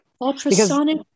Ultrasonic